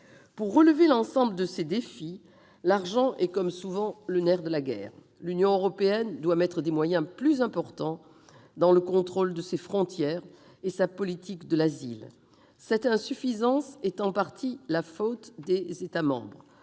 Pour relever l'ensemble de ces défis, l'argent est comme souvent le nerf de la guerre. L'Union européenne doit consacrer des moyens plus importants au contrôle de ses frontières et à sa politique de l'asile. Cette insuffisance est en partie la faute des États membres